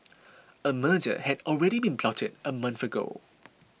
a murder had already been plotted a month ago